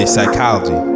Psychology